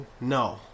no